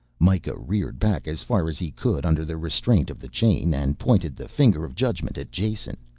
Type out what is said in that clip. mikah reared back, as far as he could under the restraint of the chain, and pointed the finger of judgment at jason.